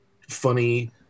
funny